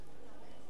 והתאמתה